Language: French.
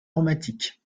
aromatique